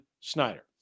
Snyder